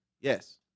Yes